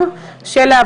בוקר טוב,